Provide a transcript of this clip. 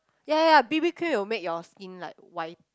ya ya b_b-cream will make your skin like white